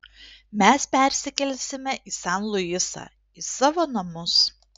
mes persikelsime į sen luisą į savo namus